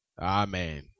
Amen